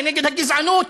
כנגד הגזענות,